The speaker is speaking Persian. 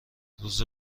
روز